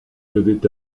devaient